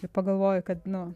ir pagalvoju kad nu